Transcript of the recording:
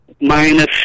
minus